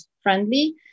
friendly